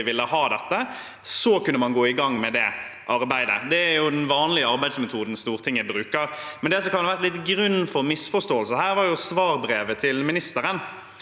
så kunne man gå i gang med arbeidet. Det er den vanlige arbeidsmetoden Stortinget bruker. Det som kan ha vært grunnen til misforståelser, var svarbrevet fra statsråden.